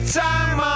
time